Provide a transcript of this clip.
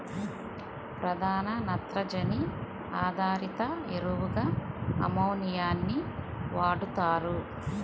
ప్రధాన నత్రజని ఆధారిత ఎరువుగా అమ్మోనియాని వాడుతారు